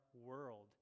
world